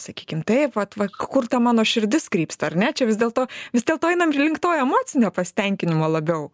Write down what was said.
sakykim taip vat va kur ta mano širdis krypsta ar ne čia vis dėl to vis dėlto einam link to emocinio pasitenkinimo labiau